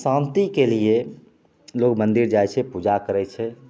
शांतिके लिए लोग मंदिर जाइ छै पूजा करैत छै